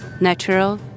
natural